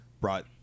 brought